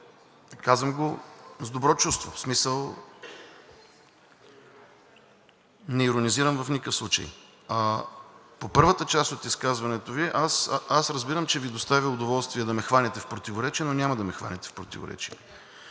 Казвам го с добро чувство, в смисъл не иронизирам в никакъв случай. По първата част от изказването Ви, аз разбирам, че Ви доставя удоволствие да ме хванете в противоречие, но няма да ме хванете в противоречие.